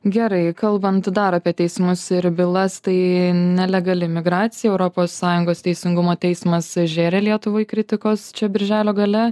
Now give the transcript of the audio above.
gerai kalbant dar apie teismus ir bylas tai nelegali migracija europos sąjungos teisingumo teismas žėrė lietuvai kritikos čia birželio gale